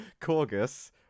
Corgus